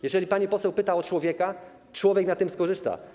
Jeżeli pani poseł pyta o człowieka, to człowiek na tym skorzysta.